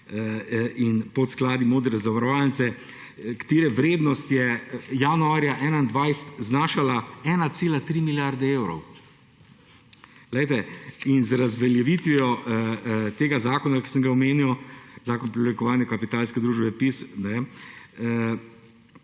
in podskladi Modre zavarovalnice, katere vrednost je januarja 2021 znašala 1,3 milijarde evrov. Poglejte, in z razveljavitvijo tega zakona, ki sem ga omenil, Zakon o preoblikovanju kapitalske družbe PIZ,